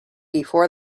before